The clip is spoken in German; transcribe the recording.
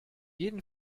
jeden